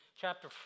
chapter